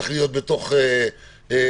שצריך להיות בתוך העניין.